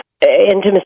intimacy